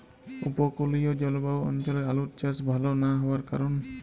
উপকূলীয় জলবায়ু অঞ্চলে আলুর চাষ ভাল না হওয়ার কারণ?